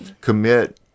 commit